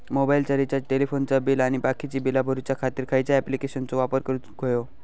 मोबाईलाचा रिचार्ज टेलिफोनाचा बिल आणि बाकीची बिला भरूच्या खातीर खयच्या ॲप्लिकेशनाचो वापर करूक होयो?